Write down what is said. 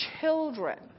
children